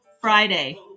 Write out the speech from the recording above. friday